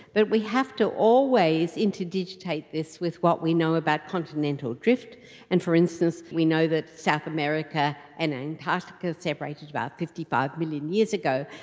but we have to always interdigitate this with what we know about continental drift and, for instance we know that south america and antarctica separated about fifty five million years ago,